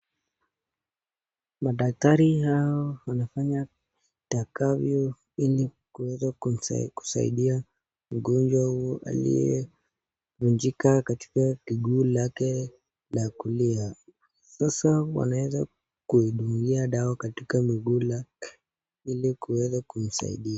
Madaktari hao, wanafanya itakavyo, ili kuweza kusaidia mgonjwa huyu, aliyevunjika katika kiguu lake, la kulia, sasa wanaeza kuidungia dawa katika miguu lake, ili kuweza kumsaidia.